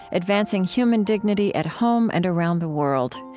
advancing human dignity at home and around the world.